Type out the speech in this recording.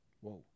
Whoa